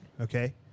okay